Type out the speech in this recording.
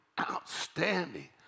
outstanding